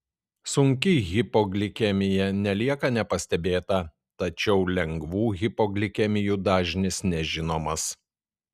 sunki hipoglikemija nelieka nepastebėta tačiau lengvų hipoglikemijų dažnis nežinomas